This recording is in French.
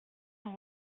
son